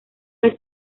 vez